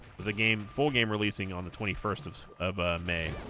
was a game full game releasing on the twenty first of of ah may